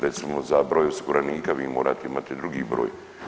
Recimo za broj osiguranika vi morate imati drugi broj.